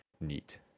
neat